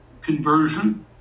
conversion